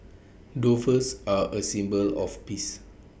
doves are A symbol of peace